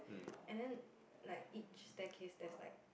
and then like each staircase there's like